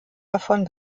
davon